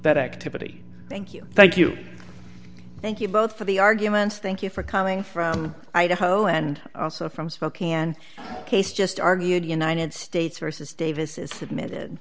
that activity thank you thank you thank you both for the arguments thank you for coming from idaho and also from spokane case just argued united states versus davis is submitted